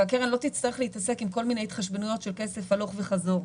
והקרן לא תצטרך להתעסק עם כל מיני התחשבנויות של כסף הלוך וחזור.